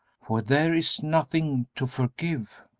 for there is nothing to forgive.